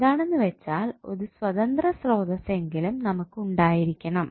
എന്താണെന്നുവെച്ചാൽ ഒരു സ്വതന്ത്ര സ്രോതസ്സ് എങ്കിലും നമുക്ക് ഉണ്ടായിരിക്കണം